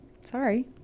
Sorry